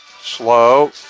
slow